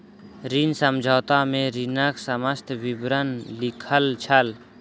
ऋण समझौता में ऋणक समस्त विवरण लिखल छल